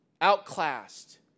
outclassed